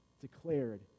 Declared